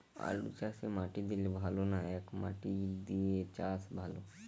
আলুচাষে মাটি দিলে ভালো না একমাটি দিয়ে চাষ ভালো?